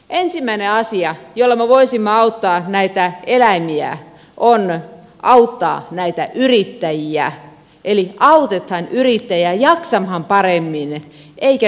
ensimmäinen asia jolla me voisimme auttaa näitä eläimiä on auttaa näitä yrittäjiä eli autetaan yrittäjiä jaksamaan paremmin eikä lyödä heitä